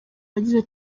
bagize